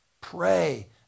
Pray